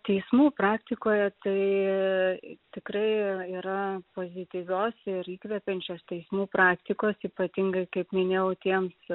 teismų praktikoje tai tikrai yra pozityvios ir įkvepiančios teismų praktikos ypatingai kaip minėjau tiems